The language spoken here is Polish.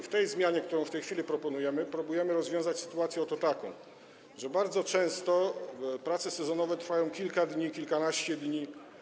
W tej zmianie, którą w tej chwili proponujemy, próbujemy rozwiązać taką oto sytuację, że bardzo często prace sezonowe trwają kilka dni, kilkanaście dni.